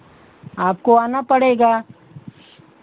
आपको आना पड़ेगा